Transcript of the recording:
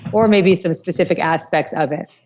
or maybe some specific aspects of it.